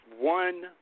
one